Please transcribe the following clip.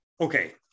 okay